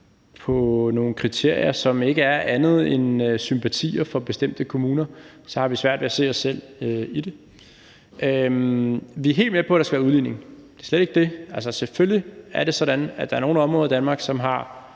på nogle kriterier, som ikke er andet end sympatier for bestemte kommuner, har vi svært ved at se os selv i det. Vi er helt med på, at der skal være udligning, det er slet ikke det, og at der er nogle områder i Danmark, som har